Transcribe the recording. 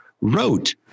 wrote